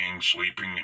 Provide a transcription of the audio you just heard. sleeping